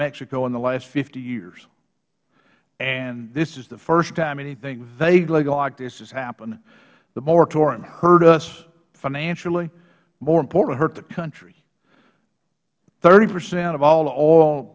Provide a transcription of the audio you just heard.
mexico in the last hyears and this is the first time anything vaguely like this had happened the moratorium hurt us financially more important hurt the country thirtyhpercent of all the oil